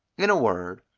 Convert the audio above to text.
in a word,